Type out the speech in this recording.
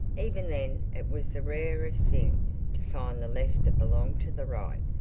even then it was the rarest thing to find the left that belonged to the right.